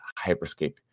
Hyperscape